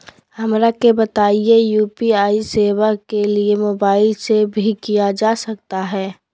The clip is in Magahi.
हमरा के बताइए यू.पी.आई सेवा के लिए मोबाइल से भी किया जा सकता है?